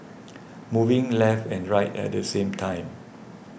moving left and right at the same time